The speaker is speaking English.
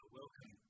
welcome